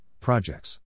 projects